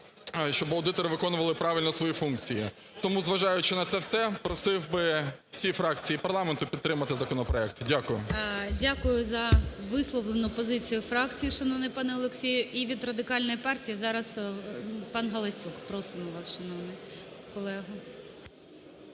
щоб аудитори виконували правильно свої функції. Тому, зважаючи на це все, просив би всі фракції парламенту підтримати законопроект. Дякую. ГОЛОВУЮЧИЙ. Дякую за висловлену позицію фракції, шановний пане Олексію. І від Радикальної партії зараз пан Галасюк. Просимо вас, шановний колего.